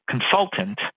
consultant